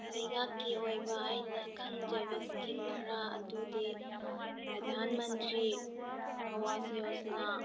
ꯂꯩꯉꯥꯛꯀꯤ ꯑꯣꯏꯕ ꯑꯩꯅ ꯈꯪꯖꯕ ꯁ꯭ꯀꯤꯝ ꯈꯔ ꯑꯗꯨꯗꯤ ꯄ꯭ꯔꯥꯙꯥꯟ ꯃꯟꯇ꯭ꯔꯤ ꯑꯥꯋꯥꯖ ꯌꯣꯖꯥꯅꯥ